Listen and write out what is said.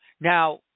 Now